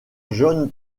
john